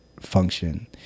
function